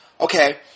Okay